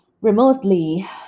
remotely